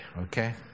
okay